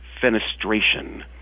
fenestration